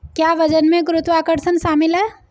क्या वजन में गुरुत्वाकर्षण शामिल है?